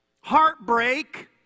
Heartbreak